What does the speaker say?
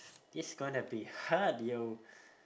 it's gonna be hard yo